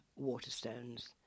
Waterstones